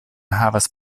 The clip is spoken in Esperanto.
havas